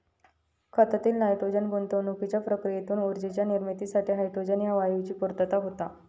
खतातील नायट्रोजन गुंतागुंतीच्या प्रक्रियेतून ऊर्जेच्या निर्मितीसाठी हायड्रोजन ह्या वायूची पूर्तता होता